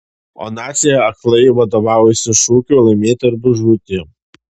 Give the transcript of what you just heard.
o naciai aklai vadovavosi šūkiu laimėti arba žūti